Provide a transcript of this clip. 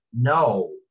no